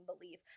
belief